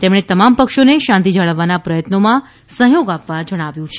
તેમણે તમામ પક્ષોને શાંતિ જાળવવાના પ્રયત્નોમાં સહયોગ આપવા જણાવ્યું છે